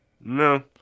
No